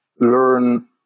learn